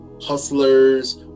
Hustlers